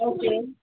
okay